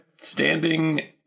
standing